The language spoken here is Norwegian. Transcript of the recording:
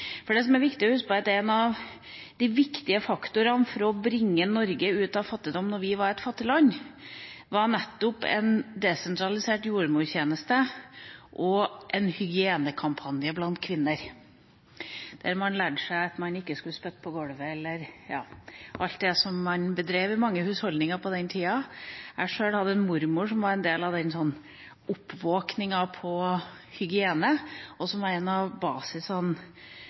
For det som er viktig å huske på, er at en av de viktige faktorene for å bringe Norge ut av fattigdom da vi var et fattig land, var nettopp en desentralisert jordmortjeneste og en hygienekampanje blant kvinner der man lærte seg at man ikke skulle spytte på golvet – eller alt det som man bedrev i mange husholdninger på den tida. Jeg hadde sjøl en mormor som var en del av oppvåkningen når det gjaldt hygiene, som var en av basisene